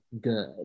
good